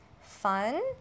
fun